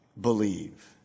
believe